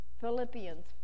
Philippians